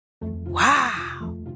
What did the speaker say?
wow